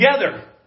together